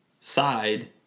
side